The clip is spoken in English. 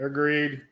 Agreed